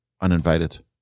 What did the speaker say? uninvited